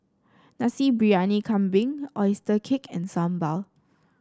Nasi Briyani Kambing oyster cake and Sambal